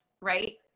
right